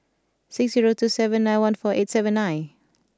six zero two seven nine one four eight seven nine